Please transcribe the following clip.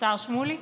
השר שמולי?